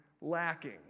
lacking